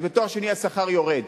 אז בתואר שני השכר יורד.